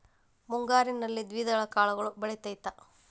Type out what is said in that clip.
ಮುಂಗಾರಿನಲ್ಲಿ ದ್ವಿದಳ ಕಾಳುಗಳು ಬೆಳೆತೈತಾ?